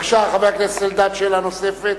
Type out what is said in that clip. בבקשה, חבר הכנסת אלדד, שאלה נוספת.